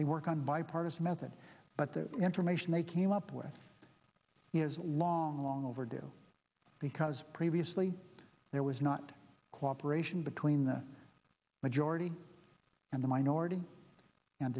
they work on bipartisan method but the information they came up with is long long overdue because previously there was not cooperation between the majority and the minority and